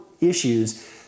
issues